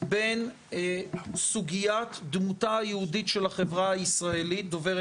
בין סוגיית דמותה היהודית של החברה הישראלית דוברת